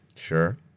Sure